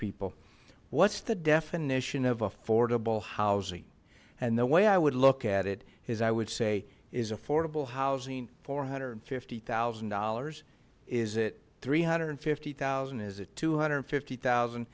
people what's the definition of affordable housing and the way i would look at it is i would say is affordable housing four hundred and fifty thousand dollars is it three hundred and fifty thousand is it two hundred and fifty thousand